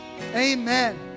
amen